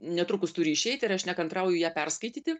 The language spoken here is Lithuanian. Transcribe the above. netrukus turi išeiti ir aš nekantrauju ją perskaityti